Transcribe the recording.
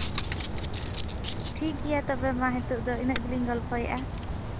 ᱴᱷᱤᱠᱜᱮᱭᱟ ᱛᱚᱵᱮ ᱢᱟ ᱦᱤᱛᱳᱜ ᱫᱚ ᱤᱱᱟᱹᱜ ᱜᱮᱞᱤᱧ ᱜᱚᱞᱯᱷᱚᱭᱮᱫᱼᱟ